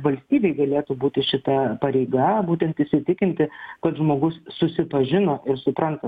valstybei galėtų būti šita pareiga būtent įsitikinti kad žmogus susipažino ir supranta